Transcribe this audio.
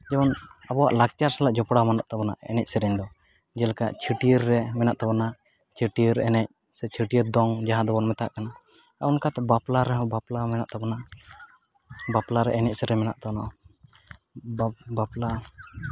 ᱡᱮᱢᱚᱱ ᱟᱵᱚᱣᱟᱜ ᱞᱟᱠᱪᱟᱨ ᱥᱟᱞᱟᱜ ᱡᱚᱯᱲᱟᱣ ᱢᱮᱱᱟᱜ ᱛᱟᱵᱚᱱᱟ ᱮᱱᱮᱡ ᱥᱮᱨᱮᱧ ᱫᱚ ᱡᱮᱞᱮᱠᱟ ᱪᱷᱟᱹᱴᱭᱟᱹᱨ ᱨᱮ ᱢᱮᱱᱟᱜ ᱛᱟᱵᱚᱱᱟ ᱪᱷᱟᱹᱴᱭᱟᱹᱨ ᱮᱱᱮᱡ ᱥᱮ ᱪᱷᱟᱹᱴᱭᱟᱹᱨ ᱫᱚᱝ ᱡᱟᱦᱟᱸ ᱫᱚᱵᱚᱱ ᱢᱮᱛᱟᱜ ᱚᱱᱠᱟᱛᱮ ᱵᱟᱯᱞᱟ ᱨᱮᱦᱚᱸ ᱵᱟᱯᱞᱟ ᱢᱮᱱᱟᱜ ᱛᱟᱵᱚᱱᱟ ᱵᱟᱯᱞᱟ ᱨᱮ ᱮᱱᱮᱡ ᱥᱮᱨᱮᱧ ᱢᱮᱱᱟᱜ ᱛᱟᱵᱚᱱᱟ ᱵᱟᱯᱞᱟ